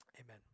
Amen